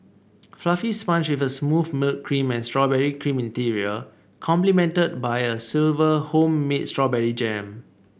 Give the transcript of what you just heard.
fluffy sponge with a smooth milk cream and strawberry cream interior complemented by a silver home made strawberry jam